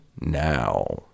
now